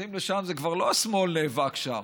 זה כבר לא השמאל שנאבק שם.